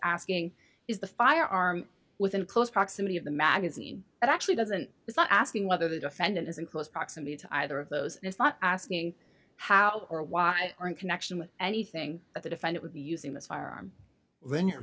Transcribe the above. asking is the firearm within close proximity of the magazine it actually doesn't it's not asking whether the defendant is in close proximity to either of those is not asking how or why or in connection with anything but the defined it would be using this firearm when you're